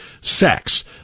sex